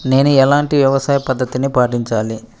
నేను ఎలాంటి వ్యవసాయ పద్ధతిని పాటించాలి?